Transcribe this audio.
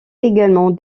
également